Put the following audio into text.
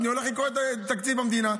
אני הולך לקרוא את תקציב המדינה.